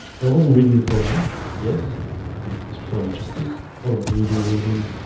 but i wasn't reading the koran yet okay, it's quite interesting a lot of google reading,